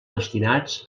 destinats